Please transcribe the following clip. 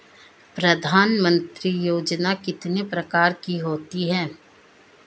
प्रधानमंत्री योजना कितने प्रकार की होती है?